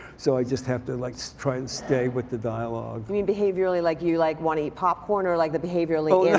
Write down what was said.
so i just have to like so try and stay with the dialogue. you mean behaviorally like you like wanna eat popcorn or like the behaviorally oh, yeah